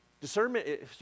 Discernment